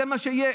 זה מה שיהיה,